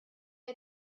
was